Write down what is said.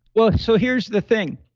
well, so here's the thing.